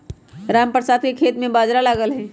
रामप्रसाद के खेत में बाजरा लगल हई